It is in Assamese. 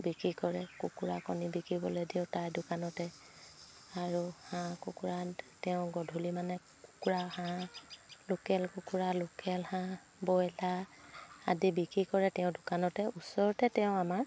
বিক্ৰী কৰে কুকুৰা কণী বিকিবলৈ দিওঁ তাই দোকানতে আৰু হাঁহ কুকুৰা তেওঁ গধূলি মানে কুকুৰা হাঁহ লোকেল কুকুৰা লোকেল হাঁহ ব্ৰইলাৰ আদি বিক্ৰী কৰে তেওঁ দোকানতে ওচৰতে তেওঁ আমাৰ